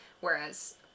whereas